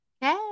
hey